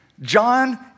John